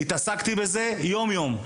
התעסקתי בזה יום-יום.